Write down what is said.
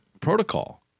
protocol